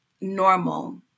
normal